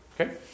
Okay